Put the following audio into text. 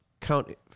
count